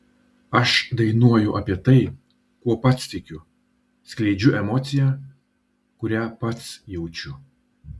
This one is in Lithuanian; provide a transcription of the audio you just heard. aš dainuoju apie tai kuo pats tikiu skleidžiu emociją kurią pats jaučiu